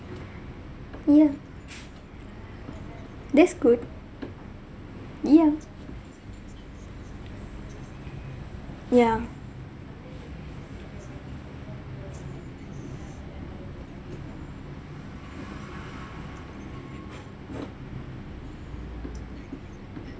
yeah that's good yeah yeah